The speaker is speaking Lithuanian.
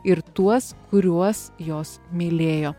ir tuos kuriuos jos mylėjo